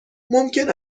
ممکن